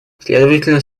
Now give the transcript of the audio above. следовательно